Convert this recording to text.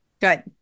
Good